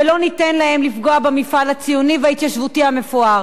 ולא ניתן להם לפגוע במפעל הציוני וההתיישבותי המפואר